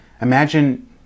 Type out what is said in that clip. Imagine